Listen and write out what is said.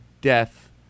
death